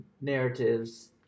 narratives